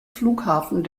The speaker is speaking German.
flughafen